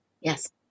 Yes